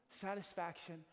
satisfaction